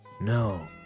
No